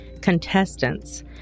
contestants